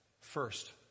First